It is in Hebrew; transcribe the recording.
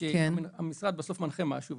שהמשרד בסוף מנחה משהו,